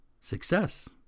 success